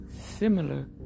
similar